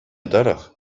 тӑрӑх